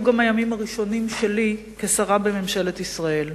גם הימים הראשונים שלי כשרה בממשלת ישראל.